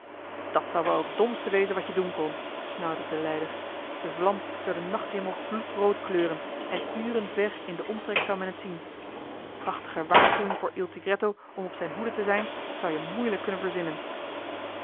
dat zou wel het domste wezen wat je doen kon snauwde de leider de vlam zou den nachthemel bloedrood kleuren en uren ver in den omtrek zou men het zien prachtiger waarschuwing voor il tigretto om op zijn hoede te zijn zou-je moeilijk kunnen verzinnen